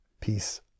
peace